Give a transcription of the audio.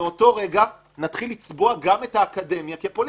מאותו הרגע נתחיל לצבוע גם את האקדמיה כפוליטית,